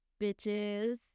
bitches